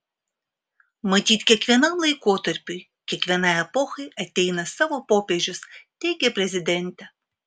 matyt kiekvienam laikotarpiui kiekvienai epochai ateina savo popiežius teigė prezidentė